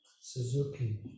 Suzuki